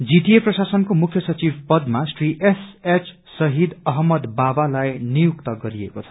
GTA प्रशासनको मुख्य सचिव पदमा श्री एसएच शहिद अहम्मद बावालाई नियुक्त गरिएको छ